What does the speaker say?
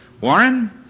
Warren